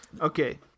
Okay